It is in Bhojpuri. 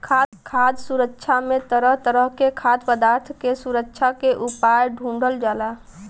खाद्य सुरक्षा में तरह तरह के खाद्य पदार्थ के सुरक्षा के उपाय ढूढ़ल जाला